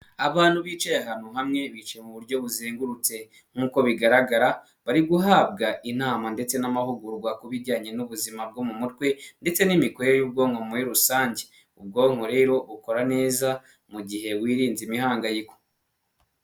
Abantu bicaye ahantu hamwe bicaye mu buryo buzengurutse nk'uko bigaragara bari guhabwa inama ndetse n'amahugurwa ku bijyanye n'ubuzima bwo mu mutwe, ndetse n'imikorere y'ubwonko muri rusange. Ubwonko rero bukora neza mu gihe wirinze imihangayiko.